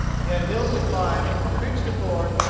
he had hills to climb, creeks to ford,